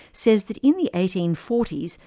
says that in the eighteen forty s,